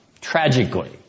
tragically